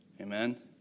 Amen